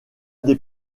des